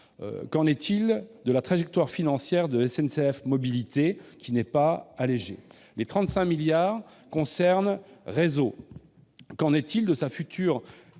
Qu'en est-il de la trajectoire financière de SNCF Mobilités, qui n'est pas allégée ? Les 35 milliards concernent SNCF Réseau. Qu'en est-il de sa future